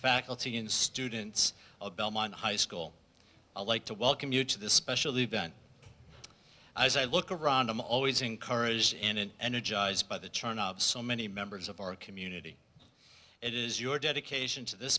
faculty and students of belmont high school i like to welcome you to this special event as i look around i'm always encouraged in an energized by the turn of so many members of our community it is your dedication to this